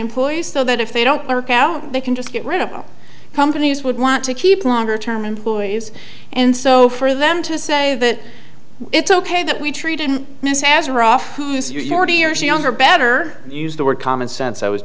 employees so that if they don't work out they can just get rid of all companies would want to keep longer term employees and so for them to say that it's ok that we treated this as or off years younger better use the word common sense i was